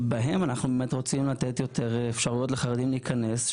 שבהן אנחנו רוצים באמת לתת אפשרויות לחרדים להיכנס.